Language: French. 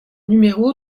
numéro